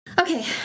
Okay